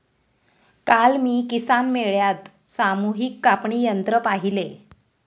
काल मी किसान मेळ्यात सामूहिक कापणी यंत्र पाहिले